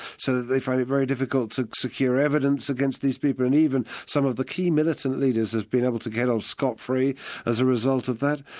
so that they found it very difficult to secure evidence against these people, and even some of the key militant leaders have been able to get off scott-free as a result of that.